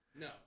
No